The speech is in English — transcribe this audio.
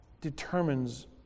determines